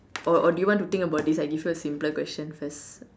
or or do you want to think about this I give you a simpler question first